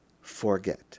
forget